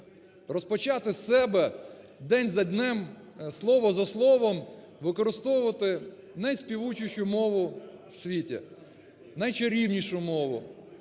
розпочати з себе, день за днем, слово за словом використовуватинайспівучущу мову в світі, найчарівнішу мову.